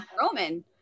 Roman